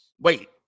Wait